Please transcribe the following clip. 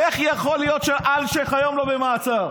איך יכול להיות שאלשיך היום לא במעצר?